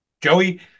Joey